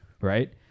right